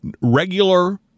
regular